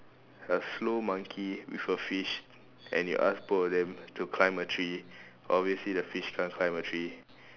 a slow monkey with a fish and you ask both of them to climb a tree obviously the fish can't climb a tree